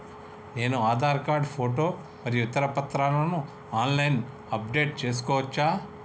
నేను Aadhaar card photo మరియు ఇతర పత్రాలను ఆన్ లైన్ అప్ డెట్ చేసుకోవచ్చా?